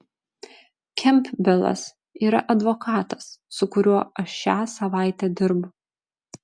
kempbelas yra advokatas su kuriuo aš šią savaitę dirbu